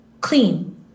clean